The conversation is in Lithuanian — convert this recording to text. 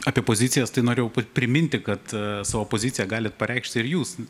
apie pozicijas tai norėjau priminti kad savo poziciją galit pareikšti ir jūs